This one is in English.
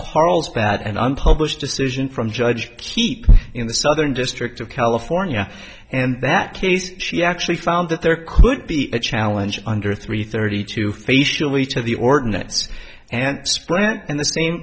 carlsbad and unpublished decision from judge keep in the southern district of california and that case she actually found that there could be a challenge under three thirty two facial each of the ordinance and spread in the same